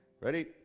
Ready